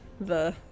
the-